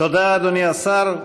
תודה, אדוני השר.